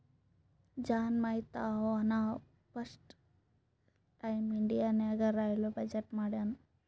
John Mathai ಅಂನವಾ first time India ನಾಗ್ railway budget ಮಾಡ್ಯಾನ್